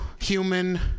human